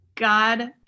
God